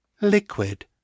liquid